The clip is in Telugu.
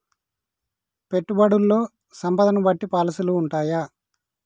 పెట్టుబడుల్లో సంపదను బట్టి పాలసీలు ఉంటయా?